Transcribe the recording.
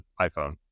iPhone